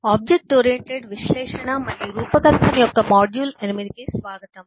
object oriented విశ్లేషణ మరియు రూపకల్పన యొక్క మాడ్యూల్ 8 కు స్వాగతం